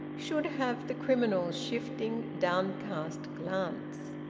should have the criminal's shifting downcast glance!